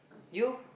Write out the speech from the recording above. you